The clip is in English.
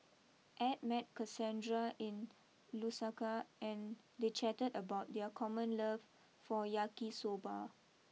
Ed met Cassandra in Lusaka and they chatted about their common love for Yaki Soba